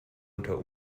unter